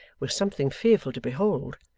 was something fearful to behold